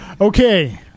Okay